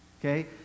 Okay